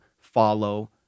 follow